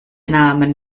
namen